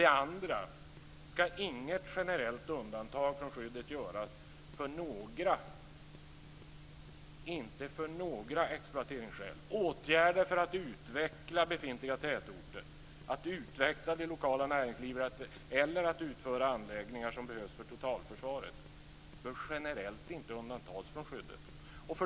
Den andra är att inget generellt undantag ska göras från skyddet för några exploateringsskäl. Åtgärder för att utveckla befintliga tätorter, för att utveckla det lokala näringslivet eller för att utföra anläggningar som behövs för totalförsvaret bör generellt inte undantas från skyddet.